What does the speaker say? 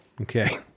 Okay